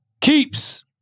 Keeps